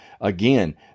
Again